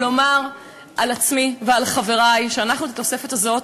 יכולתי לומר על עצמי ועל חברי שאנחנו את התוספת הזאת